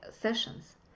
sessions